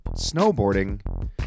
snowboarding